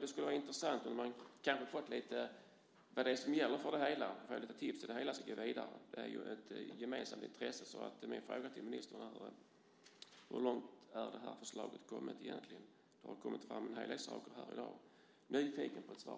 Det skulle vara intressant att få veta lite mer vad som gäller för det hela och lite tips för hur man ska gå vidare. Det är ett gemensamt intresse. Min fråga till ministern är: Hur långt är egentligen förslaget kommet? Det har kommit fram en hel del saker här i dag. Jag är nyfiken på ett svar.